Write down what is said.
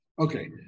Okay